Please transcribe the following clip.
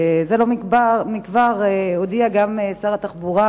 זה לא כבר הודיעו גם שר התחבורה,